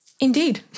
Indeed